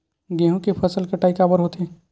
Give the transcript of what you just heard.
गेहूं के फसल कटाई काबर होथे?